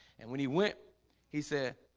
and when he went he said